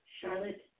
Charlotte